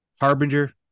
harbinger